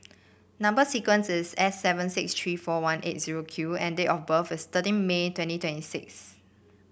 number sequence is S seven six three four one eight zero Q and date of birth is thirteen May twenty twenty six